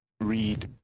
read